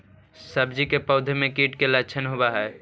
सब्जी के पौधो मे कीट के लच्छन होबहय?